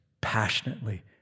passionately